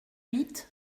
huit